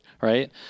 right